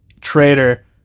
traitor